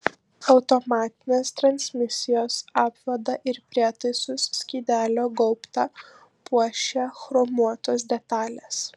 automatinės transmisijos apvadą ir prietaisų skydelio gaubtą puošia chromuotos detalės